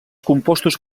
compostos